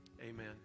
amen